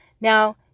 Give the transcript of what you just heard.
Now